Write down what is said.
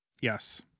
Yes